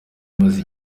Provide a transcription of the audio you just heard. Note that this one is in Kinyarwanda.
maze